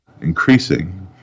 increasing